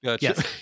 yes